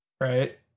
Right